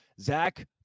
Zach